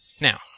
Now